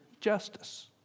justice